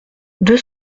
deux